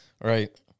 right